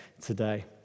today